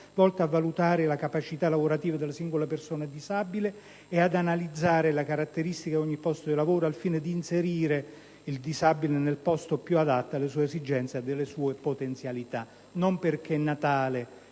volti a valutare la capacità lavorativa della singola persona disabile e ad analizzare la caratteristica di ogni posto di lavoro al fine di inserire il disabile nel posto più adatto alle sue esigenze e alle sue potenzialità. Lo chiedo,